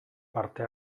parte